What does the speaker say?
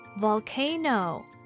Volcano